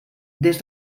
des